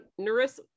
Narissa